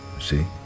see